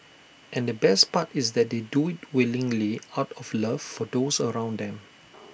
and the best part is that they do IT willingly out of love for those around them